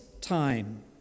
time